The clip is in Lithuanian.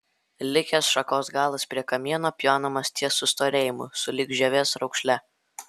likęs šakos galas prie kamieno pjaunamas ties sustorėjimu sulig žievės raukšle